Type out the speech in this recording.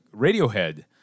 Radiohead